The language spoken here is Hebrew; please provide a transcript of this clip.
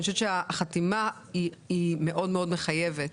אני חושבת שהחתימה היא מאוד מאוד מחייבת,